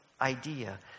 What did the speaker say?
idea